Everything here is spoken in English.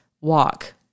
walk